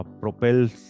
propels